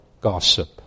gossip